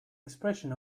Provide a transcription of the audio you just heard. expression